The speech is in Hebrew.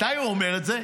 מתי הוא אומר את זה?